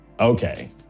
Okay